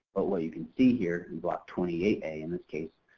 but what you can see here in block twenty eight a in this case,